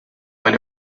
when